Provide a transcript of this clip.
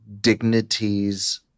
dignities